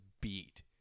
beat